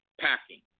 packing